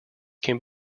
can